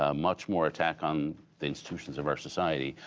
ah much more attack on the institutions of our society.